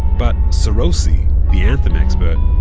but seroussi, the anthem expert,